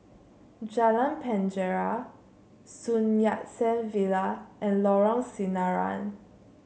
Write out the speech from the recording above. Jalan Penjara Sun Yat Sen Villa and Lorong Sinaran